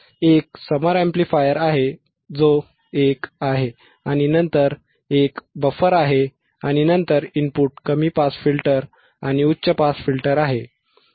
1 summer amplifier आहे जो हा एक आहे आणि नंतर एक बफर आहे आणि नंतर इनपुट कमी पास फिल्टर आणि उच्च पास फिल्टर आहे